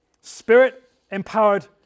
Spirit-empowered